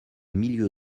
milieu